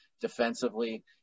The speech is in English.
defensively